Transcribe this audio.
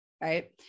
right